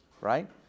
right